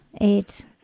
Eight